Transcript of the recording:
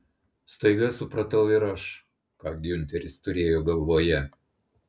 staiga supratau ir aš ką giunteris turėjo galvoje